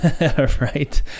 right